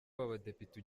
w’abadepite